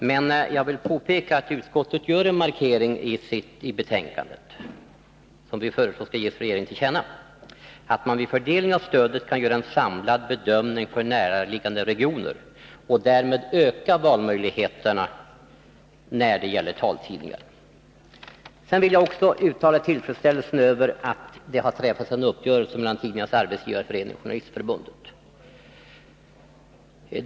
Men jag vill påpeka att utskottet gör en markering i sitt betänkande som utskottet föreslår skall ges regeringen till känna, nämligen att man vid fördelning av stödet kan göra en samlad bedömning för näraliggande regioner — och därmed öka valmöjligheterna för näraliggande taltidningar. Jag vill vidare uttala min tillfredsställelse över att det har träffats en uppgörelse mellan Tidningarnas arbetsgivareförening och Svenska journalistförbundet.